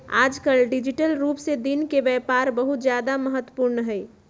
आजकल डिजिटल रूप से दिन के व्यापार बहुत ज्यादा महत्वपूर्ण हई